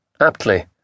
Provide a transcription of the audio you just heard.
Aptly